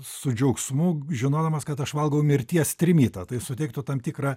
su džiaugsmu žinodamas kad aš valgau mirties trimitą tai suteiktų tam tikrą